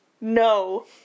no